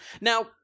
Now